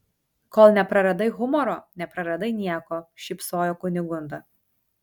kol nepraradai humoro nepraradai nieko šypsojo kunigunda